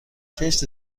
کشت